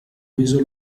viso